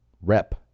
rep